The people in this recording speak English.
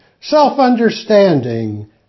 self-understanding